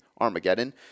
Armageddon